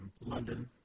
London